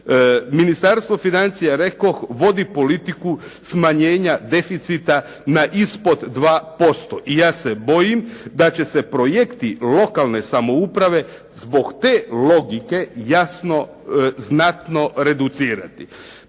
Ministarstvo financija rekoh vodi politiku smanjenja deficita na ispod 2%. I ja se bojim da će se projekti lokalne samouprave zbog te logike jasno znatno reducirati.